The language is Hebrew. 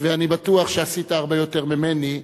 ואני בטוח שעשית הרבה יותר ממני,